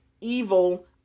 evil